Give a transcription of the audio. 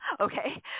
okay